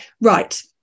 Right